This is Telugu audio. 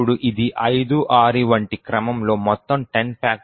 ఇప్పుడు ఇది 5 6 వంటి క్రమంలో మొత్తం 10